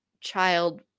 child